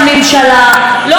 לא לשרות,